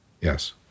Yes